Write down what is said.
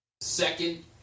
second